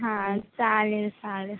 हां चालेल चालेल